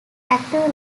active